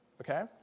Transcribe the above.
okay